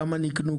כמה נקנו?